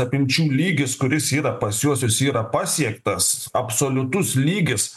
apimčių lygis kuris yra pas juosius yra pasiektas absoliutus lygis